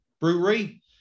brewery